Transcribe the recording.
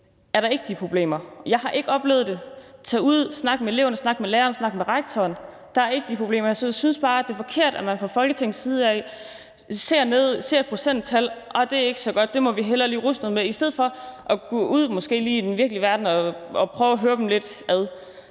er der ikke de problemer. Jeg har ikke oplevet det. Tag derud, snak med eleverne, snak med lærerne, snak med rektoren – der er ikke de problemer. Jeg synes bare, at det er forkert, at man fra Folketingets side af ser et procenttal og så siger, at det ikke er så godt, og at det må vi hellere ruske lidt mere i, i stedet for at gå ud i den virkelige verden og prøve at høre dem lidt ad.